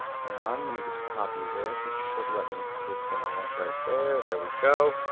hang on, let me just copy this, it should let me paste in a link right there, there we go.